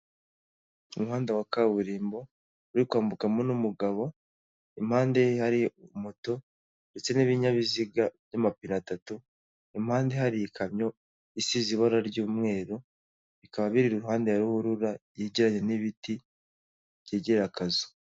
Umuhanda wa kaburimbo, uri kwambukamo n'umugabo, impande ye hari moto, ndetse n'ibinyabiziga by'amapine atatu, Impande hari ikamyo, isize ibara ry'umweru, bikaba biri iruhande ya ruhurura, yegeranye n'ibiti byegereye akazu.